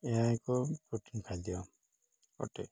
ଏହା ଏକ ପ୍ରୋଟିିନ ଖାଦ୍ୟ ଅଟେ